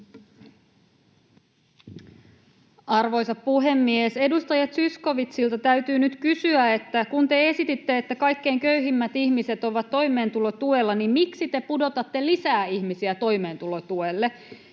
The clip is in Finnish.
Arvoisa puhemies! Edustaja Zyskowiczilta täytyy nyt kysyä, kun te esititte, että kaikkein köyhimmät ihmiset ovat toimeentulotuella: miksi te pudotatte lisää ihmisiä toimeentulotuelle?